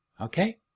Okay